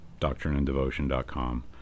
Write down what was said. doctrineanddevotion.com